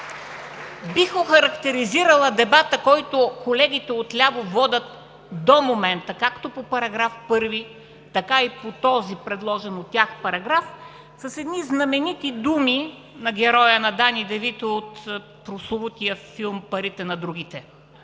бих охарактеризирала дебата, който колегите отляво водят до момента както по § 1, така и по предложения от тях параграф, с едни знаменити думи на героя на Дани де Вито от прословутия филм „Парите на другите“: